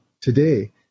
today